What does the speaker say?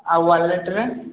ଆଉ ୱାଲେଟରେ